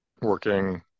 working